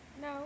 no